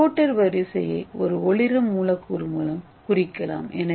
reporter வரிசையை ஒரு ஒளிரும் மூலக்கூறு மூலம் குறிக்கலாம்